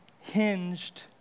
hinged